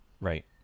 Right